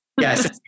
Yes